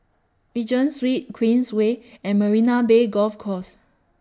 Regent Street Queensway and Marina Bay Golf Course